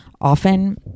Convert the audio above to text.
often